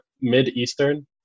Mid-Eastern